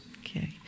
Okay